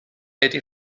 eighty